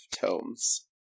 tomes